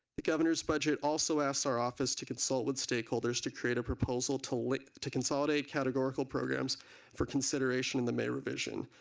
the governor's budget also asks our office to consult with stakeholders to create a proposal to like to consolidate categorical programs for consideration in the may revision.